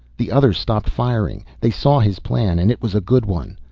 the others stopped firing. they saw his plan and it was a good one.